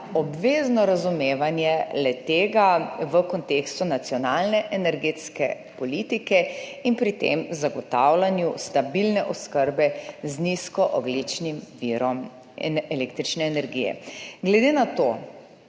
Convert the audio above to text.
obvezno razumevanje le-tega v kontekstu nacionalne energetske politike in pri tem zagotavljanje stabilne oskrbe z nizkoogljičnim virom električne energije. Glede na to,